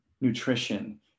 nutrition